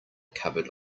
covered